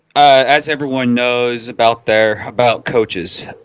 as everyone knows about they're about coaches